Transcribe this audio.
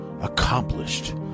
accomplished